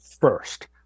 first